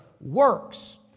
works